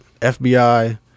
FBI